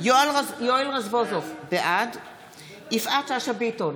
יואל רזבוזוב, בעד יפעת שאשא ביטון,